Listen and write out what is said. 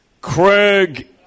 Craig